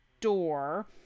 door